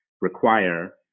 require